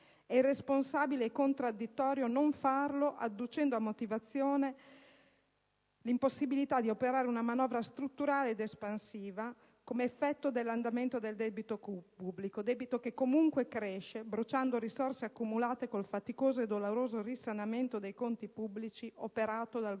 È irresponsabile e contraddittorio non farlo adducendo a motivazione l'impossibilità di operare una manovra strutturale ed espansiva come effetto dell'andamento del debito pubblico, che comunque cresce, bruciando risorse accumulate col faticoso e doloroso risanamento dei conti pubblici operato dal Governo